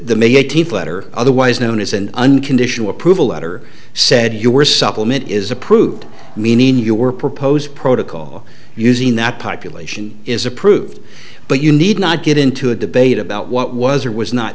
the may eighteenth letter otherwise known as an unconditional approval letter said you were supplement is approved meaning your proposed protocol using that ocular is approved but you need not get into a debate about what was or was not